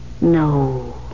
No